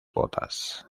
botas